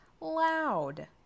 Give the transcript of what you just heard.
Loud